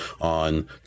on